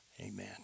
Amen